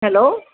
hello